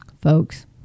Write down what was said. Folks